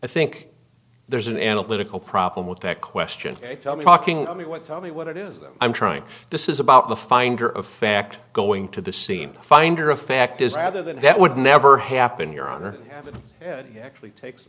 i think there's an analytical problem with that question tell me talking i mean what tell me what it is that i'm trying this is about the finder of fact going to the scene finder of fact is rather than that would never happen your honor having actually takes